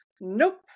Nope